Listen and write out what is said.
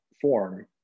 form